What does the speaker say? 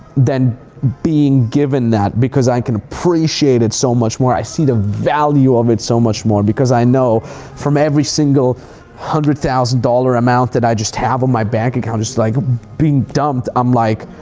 than being given that, because i can appreciate it so much more, i see the value of it so much more. because i know from every single one hundred thousand dollars amount that i just have on my bank account just like being dumped, i'm like,